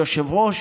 היושב-ראש,